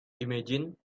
imagine